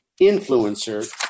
influencer